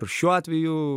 ir šiuo atveju